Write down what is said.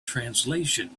translation